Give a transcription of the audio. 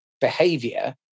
behavior